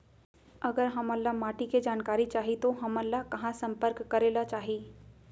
अगर हमन ला माटी के जानकारी चाही तो हमन ला कहाँ संपर्क करे ला चाही?